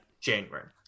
january